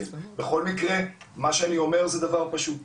בכל מקרה, מה שאני אומר זה דבר פשוט.